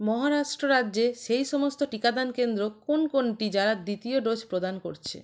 মহারাষ্ট্র রাজ্যে সেই সমস্ত টিকাদান কেন্দ্র কোন কোনটি যারা দ্বিতীয় ডোজ প্রদান করছে